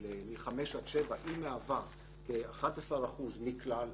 מ-7-5 היא כ-11% מכלל האנשים.